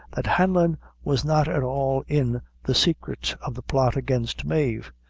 that hanlon was not at all in the secret of the plot against mave.